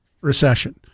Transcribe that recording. recession